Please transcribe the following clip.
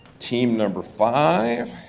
team number five.